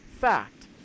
fact